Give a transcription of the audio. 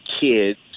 kids